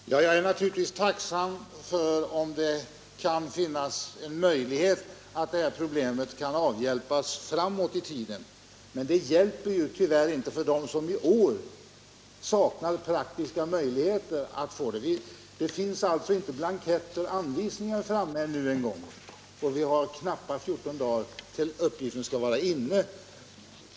Herr talman! Jag är naturligtvis tacksam om det kan finnas en möjlighet att längre fram avhjälpa problemet, men det hjälper tyvärr inte dem som i år saknar praktiska möjligheter att i rätt tid inkomma med arbetsgivaruppgift. Ännu finns inte ens blanketter och anvisningar framme, och det är knappt 14 dagar kvar tills uppgiften skall vara inlämnad.